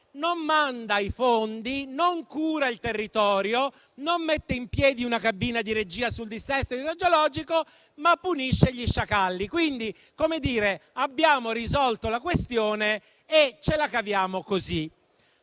Non manda i fondi, non cura il territorio e non mette in piedi una cabina di regia sul dissesto idrogeologico, ma punisce gli sciacalli. Quindi, abbiamo risolto la questione e ce la caviamo così.